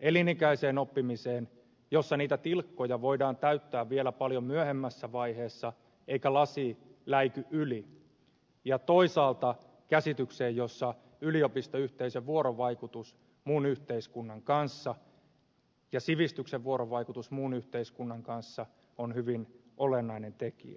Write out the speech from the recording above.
elinikäiseen oppimiseen jossa niitä tilkkoja voidaan täyttää vielä paljon myöhemmässä vaiheessa eikä lasi läiky yli ja toisaalta käsitykseen jossa yliopistoyhteisön vuorovaikutus muun yhteiskunnan kanssa ja sivistyksen vuorovaikutus muun yhteiskunnan kanssa on hyvin olennainen tekijä